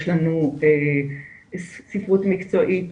יש לנו ספרות מקצועית